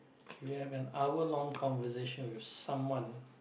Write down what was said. you have an hour long conversation with someone